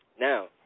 Now